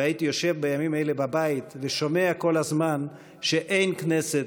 והייתי יושב בימים אלה בבית ושומע כל הזמן שאין כנסת,